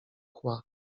kła